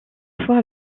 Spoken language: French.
fois